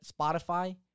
Spotify